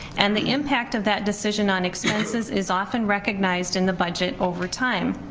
and the impact of that decision on expenses is often recognized in the budget over time.